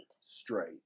Straight